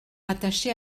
rattaché